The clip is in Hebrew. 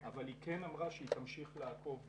אבל היא כן אמרה שהיא תמשיך לעקוב בעניין.